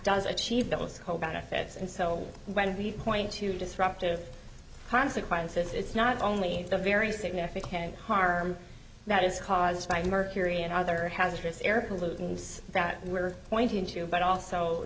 does achieve that what's called benefits and so when we point to disruptive consequences it's not only the very significant harm that is caused by mercury and other hazardous air pollutants that we're pointing to but also